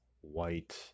white